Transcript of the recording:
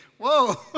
Whoa